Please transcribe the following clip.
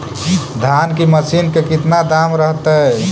धान की मशीन के कितना दाम रहतय?